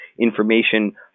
information